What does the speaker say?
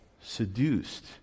Seduced